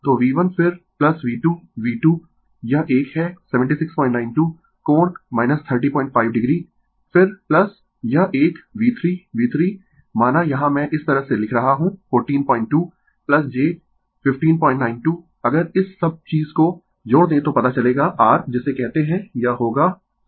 तो V1 फिर V2 V2 यह एक है 7692 कोण 305o फिर यह एक V3 V3 माना यहाँ मैं इस तरह से लिख रहा हूँ 142 j1592 अगर इस सब चीज को जोड़ दें तो पता चलेगा r जिसे कहते है यह होगा 100 कोण 0 o